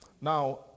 Now